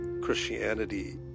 Christianity